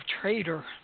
Traitor